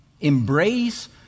Embrace